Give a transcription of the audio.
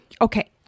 Okay